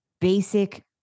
basic